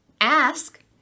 ask